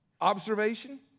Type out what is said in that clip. observation